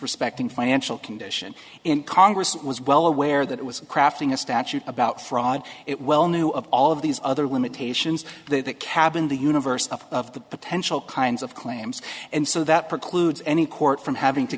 respecting financial condition and congress was well aware that it was crafting a statute about fraud it well knew of all of these other limitations that cabin the universe of the potential kinds of claims and so that precludes any court from having to